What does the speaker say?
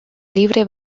libre